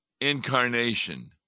incarnation